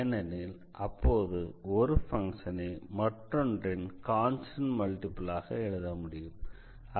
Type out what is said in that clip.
ஏனெனில் அப்போது ஒரு பங்க்ஷனை மற்றொன்றின் கான்ஸ்டண்ட் மல்டிபிளாக எழுத முடியும்